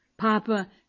Papa